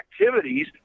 activities